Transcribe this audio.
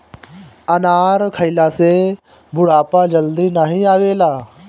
अनार खइला से बुढ़ापा जल्दी नाही आवेला